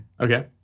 Okay